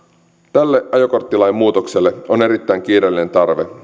tälle ajokorttilain muutokselle on erittäin kiireellinen tarve